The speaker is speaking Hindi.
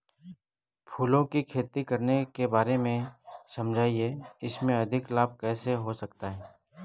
फूलों की खेती करने के बारे में समझाइये इसमें अधिक लाभ कैसे हो सकता है?